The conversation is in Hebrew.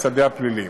לשדה הפלילי.